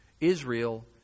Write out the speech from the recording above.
Israel